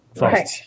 Right